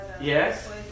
Yes